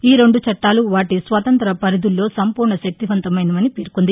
ఈ రెందు చట్టాలు వాటి స్వతంత్ర పరిధుల్లో సంపూర్ణ శక్తివంతమైనవని పేర్కొంది